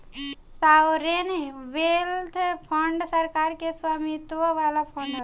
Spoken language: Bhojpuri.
सॉवरेन वेल्थ फंड सरकार के स्वामित्व वाला फंड हवे